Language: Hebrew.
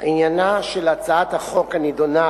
עניינה של הצעת החוק הנדונה